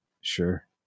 sure